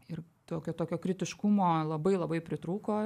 ir tokio tokio kritiškumo labai labai pritrūko